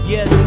Yes